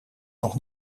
nog